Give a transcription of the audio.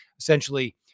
essentially